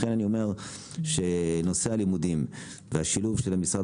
לכן אני אומר שנושא הלימודים והשילוב של משרד